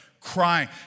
crying